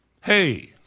Hey